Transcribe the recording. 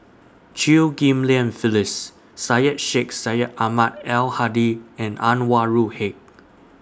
Chew Ghim Lian Phyllis Syed Sheikh Syed Ahmad Al Hadi and Anwarul Haque